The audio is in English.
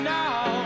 now